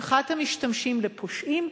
הפיכת המשתמשים לפושעים,